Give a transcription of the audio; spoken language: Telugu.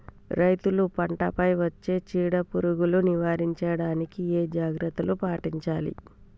రైతులు పంట పై వచ్చే చీడ పురుగులు నివారించడానికి ఏ జాగ్రత్తలు పాటించాలి?